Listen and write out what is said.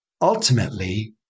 ultimately